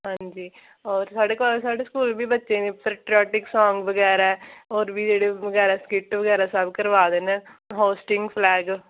हां जी होर साढ़े कोल साढ़े स्कूल बी बच्चे पेट्रियोटिक सांग बगैरा होर बी जेह्ड़े बगैरा स्किट बगैरा सब करवाऽ दे न होस्टिंग फ्लैग